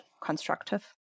constructive